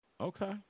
Okay